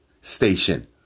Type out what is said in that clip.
station